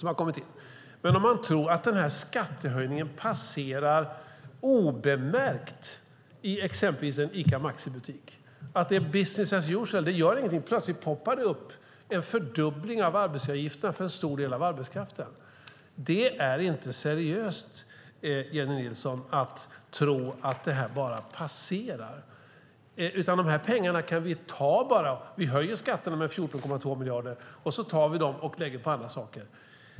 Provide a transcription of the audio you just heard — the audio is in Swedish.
Tror man att den här skattehöjningen passerar obemärkt i exempelvis en Ica Maxi-butik, att det är business as usual och att det inte gör någonting om det plötsligt poppar upp en fördubbling av arbetsgivaravgifterna för en stor del av arbetskraften? Det är inte seriöst, Jennie Nilsson, att tro att det bara passerar, att de här pengarna kan vi bara ta. Vi höjer skatterna med 14,2 miljarder och lägger dem på andra saker.